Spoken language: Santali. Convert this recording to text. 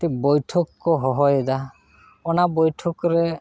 ᱢᱤᱫᱴᱤᱱ ᱵᱳᱭᱴᱷᱚᱠ ᱠᱚ ᱦᱚᱦᱚᱭᱮᱫᱟ ᱚᱱᱟ ᱵᱳᱭᱴᱷᱚᱠ ᱨᱮ